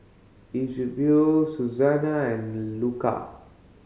Eusebio Susanna and Luca